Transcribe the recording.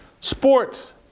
sports